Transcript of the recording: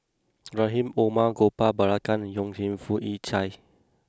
Rahim Omar Gopal Baratham and Yong Yik Chye